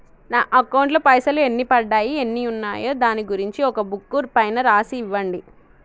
నా అకౌంట్ లో పైసలు ఎన్ని పడ్డాయి ఎన్ని ఉన్నాయో దాని గురించి ఒక బుక్కు పైన రాసి ఇవ్వండి?